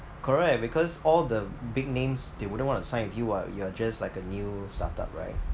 correct because all the big names they wouldn't want to sign with you [what] you are just like a new startup right